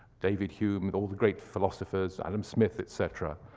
david hume and all the great philosphers, adam smith, etc.